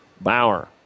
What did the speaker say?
Bauer